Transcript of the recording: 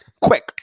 Quick